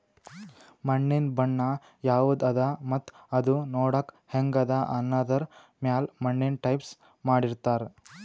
ಮಣ್ಣಿನ್ ಬಣ್ಣ ಯವದ್ ಅದಾ ಮತ್ತ್ ಅದೂ ನೋಡಕ್ಕ್ ಹೆಂಗ್ ಅದಾ ಅನ್ನದರ್ ಮ್ಯಾಲ್ ಮಣ್ಣಿನ್ ಟೈಪ್ಸ್ ಮಾಡಿರ್ತಾರ್